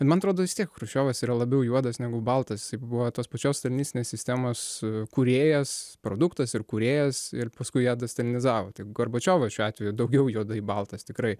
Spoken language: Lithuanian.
ir man atrodo vis tiek chruščiovas yra labiau juodas negu baltas jisai buvo tos pačios stalinistinės sistemos kūrėjas produktas ir kūrėjas ir paskui ją destalinizavo gorbačiovas šiuo atveju daugiau juodai baltas tikrai